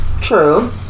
True